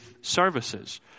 services